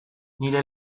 nire